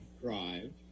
Drive